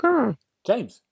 James